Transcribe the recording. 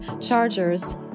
chargers